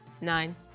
Nine